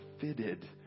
fitted